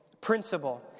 principle